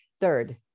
Third